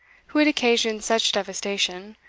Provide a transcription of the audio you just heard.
who had occasioned such devastation,